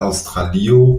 aŭstralio